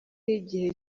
igihe